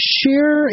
share